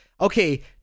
Okay